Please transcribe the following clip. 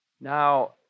Now